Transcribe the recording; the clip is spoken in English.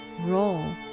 roll